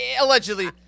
Allegedly